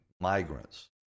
migrants